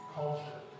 culture